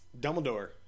Dumbledore